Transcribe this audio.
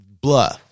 blah